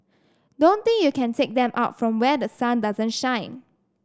don't think you can take them out from where the sun doesn't shine